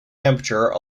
temperature